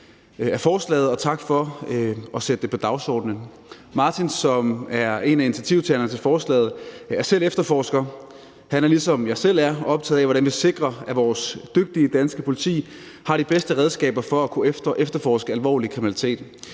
af forslaget og tak for, at de har fået det sat på dagsordenen. Martin, som er en af initiativtagerne til forslaget, er selv efterforsker. Han er, ligesom jeg selv er, optaget af, hvordan vi sikrer, at vores dygtige danske politi har de bedste redskaber til at kunne efterforske alvorlig kriminalitet.